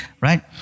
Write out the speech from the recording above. right